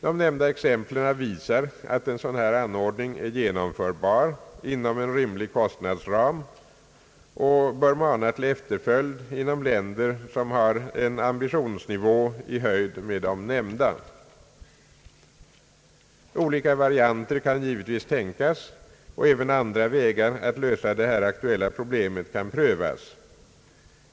De nämnda exemplen visar att en så dan här anordning är genomförbar inom en rimlig kostnadsram och bör mana till efterföljd inom länder som har en ambitionsnivå i höjd med de nämnda. Olika varianter kan givetvis tänkas, och även andra vägar att lösa det här aktuella problemet kan prövas.